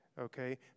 Okay